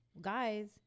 guys